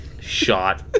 shot